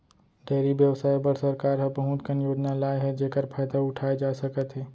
dairy बेवसाय बर सरकार ह बहुत कन योजना लाए हे जेकर फायदा उठाए जा सकत हे